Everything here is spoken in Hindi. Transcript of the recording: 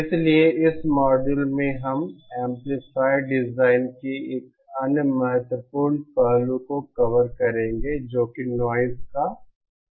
इसलिए इस मॉड्यूल में हम एम्पलीफायर डिज़ाइन के एक अन्य महत्वपूर्ण पहलू को कवर करेंगे जो कि नॉइज़ का पहलू है